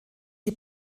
die